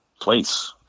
place